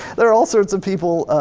there are all sorts of people